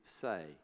say